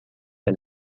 der